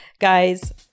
guys